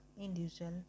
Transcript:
individual